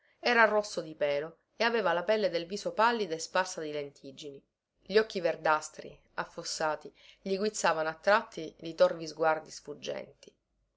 era rosso di pelo e aveva la pelle del viso pallida e sparsa di lentiggini gli occhi verdastri affossati gli guizzavano a tratti di torvi sguardi sfuggenti